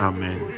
Amen